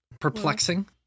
perplexing